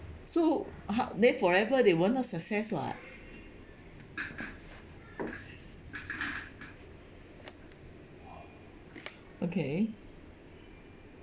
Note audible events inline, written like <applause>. so ho~ they forever they would not success [what] <noise> okay